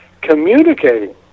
communicating